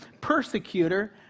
persecutor